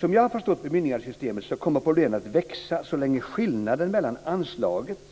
Som jag har förstått bemyndigandesystemet kommer problemen att växa så länge skillnaden mellan anslaget